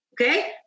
okay